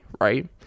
right